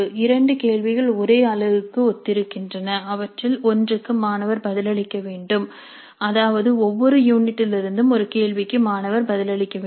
2 கேள்விகள் ஒரே அலகுக்கு ஒத்திருக்கின்றன அவற்றில் ஒன்றுக்கு மாணவர் பதிலளிக்க வேண்டும் அதாவது ஒவ்வொரு யூனிட்டிலிருந்தும் ஒரு கேள்விக்கு மாணவர் பதிலளிக்க வேண்டும்